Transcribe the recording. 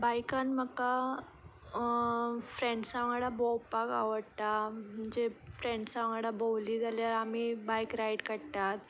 बायकान म्हाका फ्रेंड्सा वांगडा भोंवपाक आवडटा म्हणजे फ्रेंड्सा वांगडा भोंवली जाल्यार आमी बायक रायड काडटात